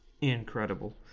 incredible